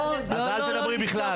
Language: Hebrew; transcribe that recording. אז אל תדברי בכלל.